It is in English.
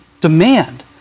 demand